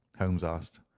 holmes asked.